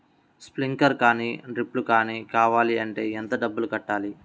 Sprinkler కానీ డ్రిప్లు కాని కావాలి అంటే ఎంత డబ్బులు కట్టాలి?